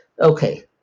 Okay